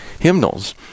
hymnals